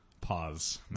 pause